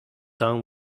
town